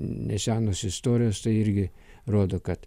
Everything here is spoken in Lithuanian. nesenos istorijos tai irgi rodo kad